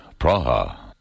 Praha